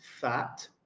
fat